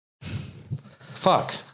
Fuck